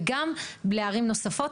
וגם, לערים נוספות.